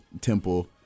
Temple